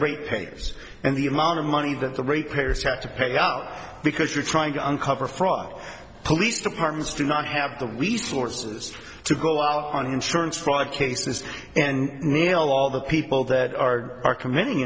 papers and the amount of money that the rate payers have to pay out because you're trying to uncover fraud police departments do not have the resources to go out on insurance fraud cases and nail all the people that are are committing